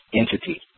entity